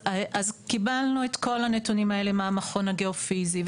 קיבלנו את כל הנתונים האלה מהמכון הגיאופיזי,